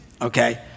okay